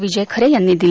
विजय खरे यांनी दिली